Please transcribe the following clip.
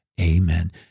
Amen